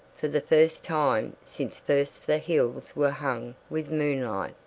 for the first time since first the hills were hung with moonlight,